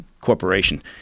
corporation